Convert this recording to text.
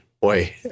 boy